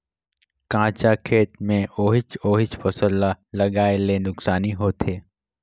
कंचा खेत मे ओहिच ओहिच फसल ल लगाये ले नुकसानी होथे